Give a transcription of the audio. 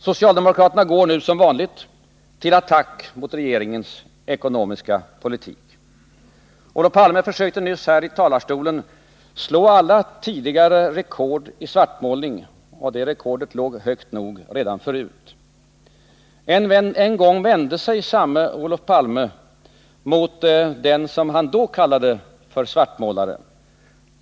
Socialdemokraterna går nu — som vanligt — till attack mot regeringens ekonomiska politik. Olof Palme försökte nyss här i talarstolen slå alla tidigare rekord i svartmålning — och de rekorden låg högt nog redan tidigare. Men en gång vände sig samme Olof Palme mot den som han då kallade för svartmålare.